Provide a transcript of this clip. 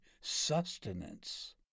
sustenance